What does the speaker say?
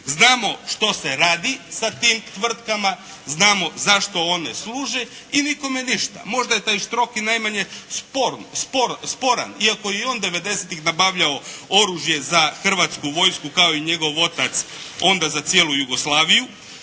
Znamo što se radi sa tim tvrtkama, znamo zašto one služe i nikome ništa. Možda je taj Štrok i najmanje sporan iako je i on devedesetih nabavljao oružje za hrvatsku vojsku kao i njegov otac onda za cijelu Jugoslaviju.